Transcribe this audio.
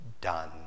done